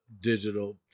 digital